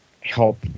help